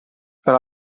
far